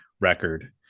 record